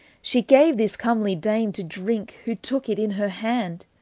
she gave this comelye dame to drinke who tooke it in her hand,